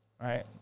right